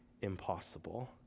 impossible